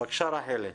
בבקשה רחלי.